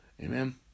amen